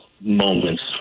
moments